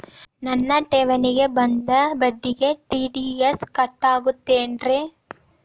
ನನ್ನ ಠೇವಣಿಗೆ ಬಂದ ಬಡ್ಡಿಗೆ ಟಿ.ಡಿ.ಎಸ್ ಕಟ್ಟಾಗುತ್ತೇನ್ರೇ?